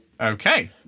Okay